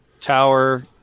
tower